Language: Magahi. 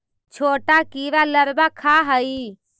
छोटा कीड़ा लारवा खाऽ हइ